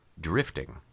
drifting